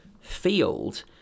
field